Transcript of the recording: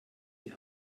die